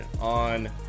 on